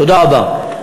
תודה רבה.